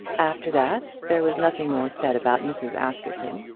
after that there was nothing more said about mrs. askerton,